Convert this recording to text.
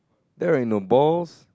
there ain't no balls